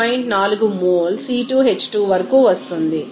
4 mole C2H2 వరకూ వస్తుంది